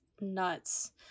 nuts